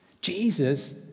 Jesus